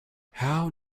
how